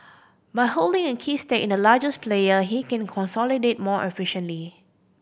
by holding a key stake in the largest player he can consolidate more efficiently